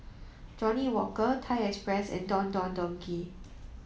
Johnnie Walker Thai Express and Don Don Donki